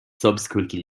subsequently